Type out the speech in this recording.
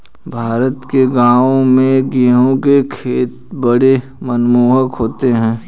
भारत के गांवों में गेहूं के खेत बड़े मनमोहक होते हैं